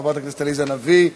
חברת הכנסת עליזה לביא,